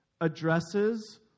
addresses